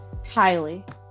Kylie